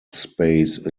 space